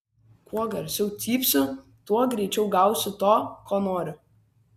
kuo garsiau cypsiu tuo greičiau gausiu to ko noriu